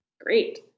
Great